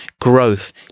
growth